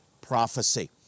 prophecy